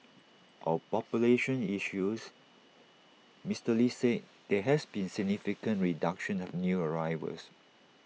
on population issues Mister lee said there has been significant reduction of new arrivals